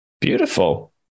Beautiful